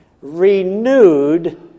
Renewed